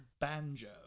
Banjo